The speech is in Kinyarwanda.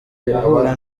guhura